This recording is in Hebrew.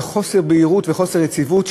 וחוסר בהירות וחוסר יציבות,